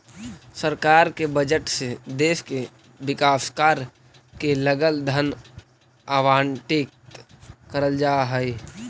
सरकार के बजट से देश के विकास कार्य के लगल धन आवंटित करल जा हई